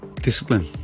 Discipline